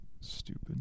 Stupid